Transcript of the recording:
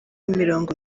imirongo